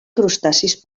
crustacis